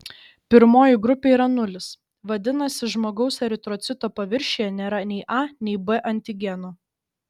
pirmoji grupė yra nulis vadinasi žmogaus eritrocito paviršiuje nėra nei a nei b antigeno